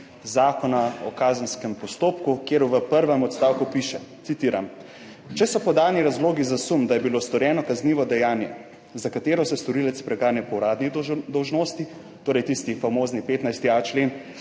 Zakona o kazenskem postopku, kjer v prvem odstavku piše, citiram: »Če so podani razlogi za sum, da je bilo storjeno kaznivo dejanje, za katero se storilec preganja po uradni dolžnosti«, torej tisti famozni 15.a člen